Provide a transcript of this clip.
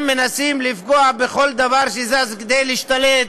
הם מנסים לפגוע בכל דבר שזז כדי להשתלט.